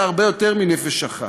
אלא יותר מנפש אחת,